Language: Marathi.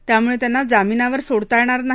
त्यामुळे त्यांना जामीनावर सोडता येणार नाही